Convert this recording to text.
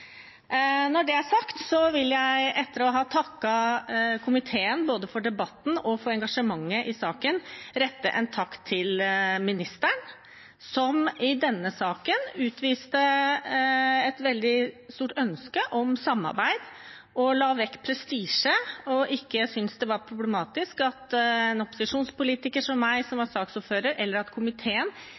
Når det er sagt, vil jeg – etter å ha takket komiteen både for debatten og for engasjementet i saken – rette en takk til ministeren, som i denne saken utviste et veldig stort ønske om samarbeid, la vekk prestisje og ikke syntes det var problematisk at en opposisjonspolitiker som meg som saksordfører, eller komiteen, pekte på at